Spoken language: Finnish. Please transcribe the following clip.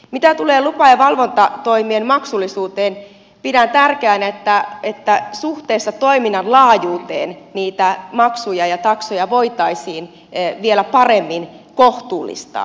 mitä tulee lupa ja valvontatoimien maksullisuuteen pidän tärkeänä että suhteessa toiminnan laajuuteen niitä maksuja ja taksoja voitaisiin vielä paremmin kohtuullistaa